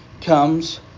comes